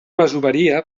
masoveria